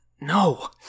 No